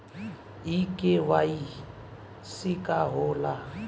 इ के.वाइ.सी का हो ला?